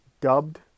dubbed